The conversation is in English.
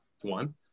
one